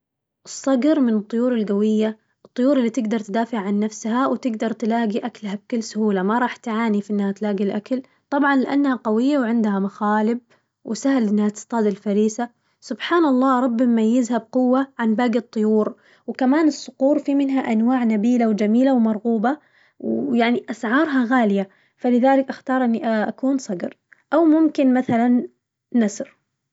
الصقر من الطيور القوية، الطيور اللي تقدر تدافع عن نفسها وتقدر تلاقي أكلها بكل بسهولة ما راح تعاني في إنها تلاقي الأكل، طبعاً لأنها قوية عندها مخالب وسهل إنها تصطاد الفريسة، سبحان الله ربي مميزها بقوة عن باقي الطيور وكمان الصقور في منها أنواع نبيلة وجميلة ومرغوبة، ويعني أسعارها عالية فلذلك أختار إني أكون صقر.